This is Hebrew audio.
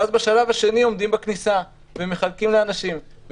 ואז בשלב השני עומדים בכניסה ומחלקים לאנשים מסכות,